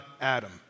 Adam